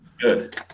Good